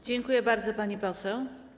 Dziękuję bardzo, pani poseł.